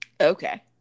Okay